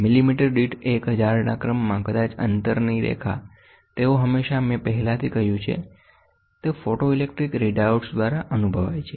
millimetre દીઠ 1000 ના ક્રમમાં કદાચ અંતરની રેખાતેઓ હંમેશા મેં પહેલાથી કહ્યું છે તે ફોટોઇલેક્ટ્રિક રીડઆઉટ્સ દ્વારા અનુભવાય છે